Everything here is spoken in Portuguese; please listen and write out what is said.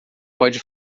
pode